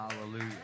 Hallelujah